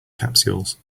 capsules